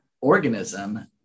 organism